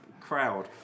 crowd